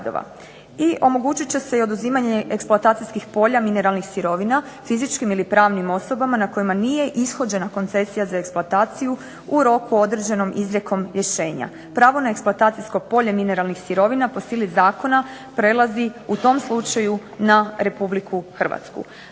I omogućit će se i oduzimanje eksploatacijskih polja mineralnih sirovina fizičkim ili pravnim osobama na kojima nije ishođena koncesija za eksploataciju u roku određenom izrijekom rješenja. Pravo na eksploatacijsko polje mineralnih sirovina po sili zakona prelazi u tom slučaju na Republiku Hrvatsku.